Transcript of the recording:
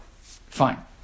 Fine